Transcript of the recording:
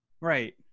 Right